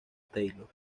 taylor